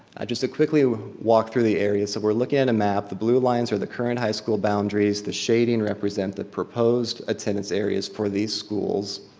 just to quickly walk through the area. so we're looking at a map, the blue lines are the current high school boundaries. the shading represent the proposed attendance areas for these schools.